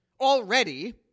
already